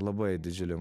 labai didžiulė